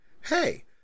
Hey